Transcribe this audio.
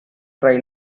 fray